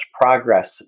progress